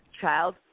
child